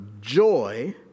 joy